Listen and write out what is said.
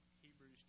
Hebrews